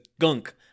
gunk